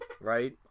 Right